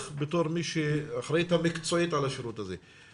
כאחראית מקצועית על השירות הזה,